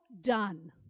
done